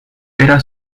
era